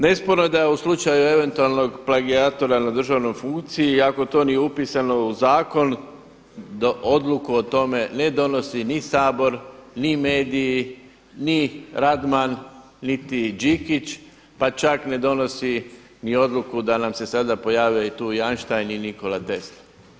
Nesporno je da je u slučaju eventualnog plagijatora na državnoj funkciji, ako to nije upisano u zakon da odluku o tome ne donosi ni Sabor, ni mediji, ni Radman, niti Đikić, pa čak ne donosi ni odluku da nam se tu sada pojave i Einstein i Nikola Tesla.